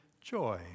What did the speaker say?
joy